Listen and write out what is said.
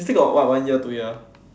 you still got what one year two year